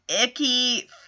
icky